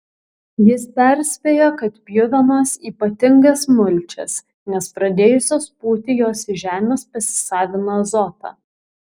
jis perspėjo kad pjuvenos ypatingas mulčias nes pradėjusios pūti jos iš žemės pasisavina azotą